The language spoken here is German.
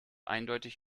eindeutig